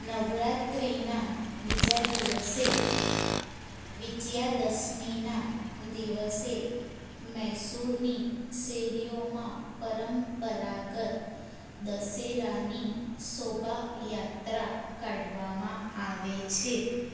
નવરાત્રિના બીજા દિવસે વિજયાદશમીના દિવસે મૈસૂરની શેરીઓમાં પરંપરાગત દશેરાની શોભાયાત્રા કાઢવામાં આવે છે